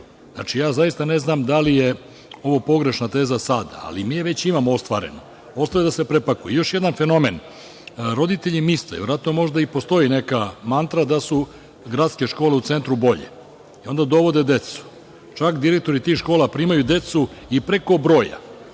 Znači, ja zaista ne znam da li je ovo pogrešna teza sada, ali, mi je već imamo ostvarenu. Ostaje da se prepakuje. Još jedan fenomen. Roditelji misle da možda i postoji neka mantra da su gradske škole u centru bolje i onda dovode decu, čak direktori tih škola primaju decu i preko broja.